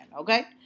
okay